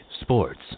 sports